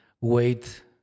wait